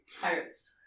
pirates